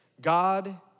God